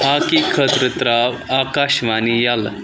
hockey خٲطرٕ ترٛاو آکاشوانی یَلہٕ